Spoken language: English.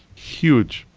huge!